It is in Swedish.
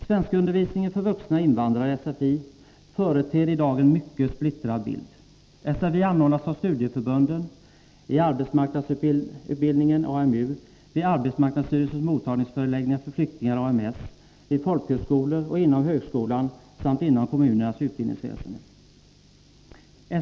Svenskundervisningen för vuxna invandrare företer i dag en mycket splittrad bild. SFI anordnas av studieförbunden, i arbetsmarknadsutbildning , vid arbetsmarknadsstyrelsens mottagningsförläggningar för flyktingar , vid folkhögskolor och inom högskolan samt inom kommunernas utbildningsväsende.